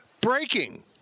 breaking